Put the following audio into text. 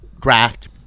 draft